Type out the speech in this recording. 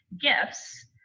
gifts